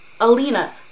Alina